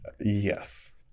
Yes